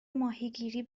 ماهیگیری